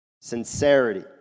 sincerity